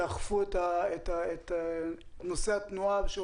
שהיא בעצם הכוח המשמעותי בעניין של הטיפול בדו-גלגלי.